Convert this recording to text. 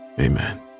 Amen